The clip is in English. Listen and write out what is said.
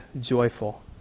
joyful